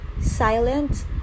silent